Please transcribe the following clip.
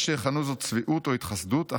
יש יכנו זאת צביעות או התחסדות,